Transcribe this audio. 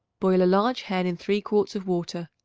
boil a large hen in three quarts of water.